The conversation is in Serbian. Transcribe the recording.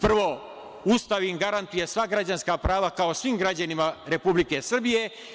Prvo, Ustav im garantuje sva građanska prava kao svim građanima Republike Srbije.